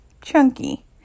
chunky